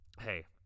hey